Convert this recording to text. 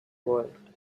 world